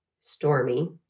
Stormy